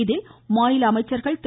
இதில் மாநில அமைச்சர்கள் திரு